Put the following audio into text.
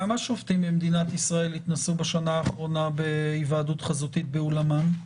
כמה שופטים במדינת ישראל התנסו בשנה האחרונה בהיוועדות חזותית באולמם?